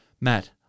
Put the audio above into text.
Matt